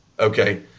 Okay